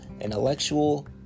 intellectual